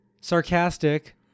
sarcastic